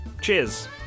cheers